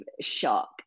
shock